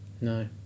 No